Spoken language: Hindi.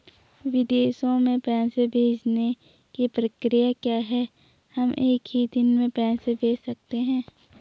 विदेशों में पैसे भेजने की प्रक्रिया क्या है हम एक ही दिन में पैसे भेज सकते हैं?